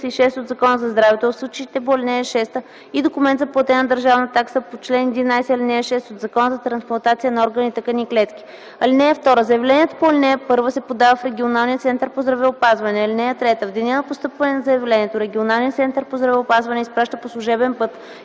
от Закона за здравето, а в случаите по ал. 6 – и документ за платена държавна такса по чл. 11, ал. 6 от Закона за трансплантация на органи, тъкани и клетки. (2) Заявлението по ал. 1 се подава в регионалния център по здравеопазване. (3) В деня на постъпване на заявлението регионалният център по здравеопазване изпраща по служебен път